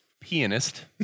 pianist